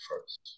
first